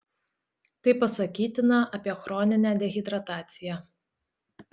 tai pasakytina apie chroninę dehidrataciją